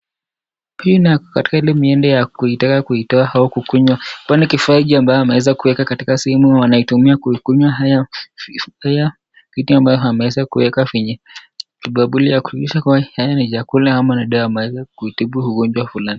Hii nayo ako katiks ile harakati ya kuitoa ama kuikunywa kwani wachezaji wanaweza kuikunywa na kuifurahia vitu ambazonameweka kwenye chakula, ni dawa ama chakula ya kuweza kutibu ugonjwa fulani.